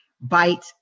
Bite